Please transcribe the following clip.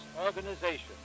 Organization